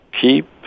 keep